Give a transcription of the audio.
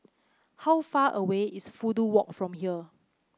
how far away is Fudu Walk from here